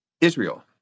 israel